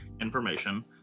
information